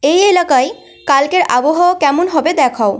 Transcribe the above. এই এলাকায় কালকের আবহাওয়া কেমন হবে দেখাও